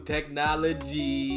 Technology